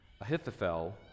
Ahithophel